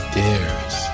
dares